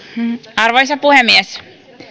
arvoisa puhemies